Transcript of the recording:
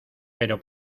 pero